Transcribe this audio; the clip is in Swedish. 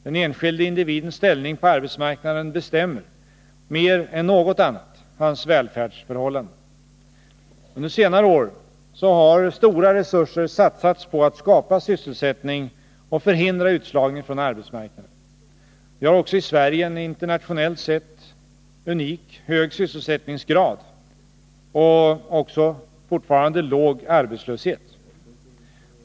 Den enskilde individens ställning på arbetsmarknaden bestämmer mer än något annat hans välfärdsförhållanden. Under senare år har stora resurser satsats på att skapa sysselsättning och förhindra utslagning från arbetsmarknaden. Vi har också i Sverige en internationellt sett unikt hög sysselsättningsgrad och, fortfarande, låg arbetslöshet.